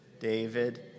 David